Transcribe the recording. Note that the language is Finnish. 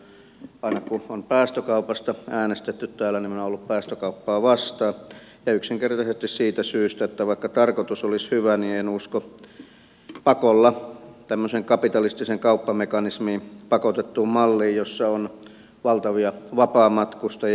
aina kun on päästökaupasta äänestetty täällä minä olen ollut päästökauppaa vastaan ja yksinkertaisesti siitä syystä että vaikka tarkoitus olisi hyvä niin en usko pakolla tämmöiseen kapitalistiseen kauppamekanismiin pakotettuun malliin jossa on valtavia vapaamatkustajia